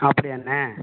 அப்படியாண்ணே